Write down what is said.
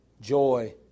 joy